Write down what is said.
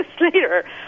later